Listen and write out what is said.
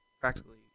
practically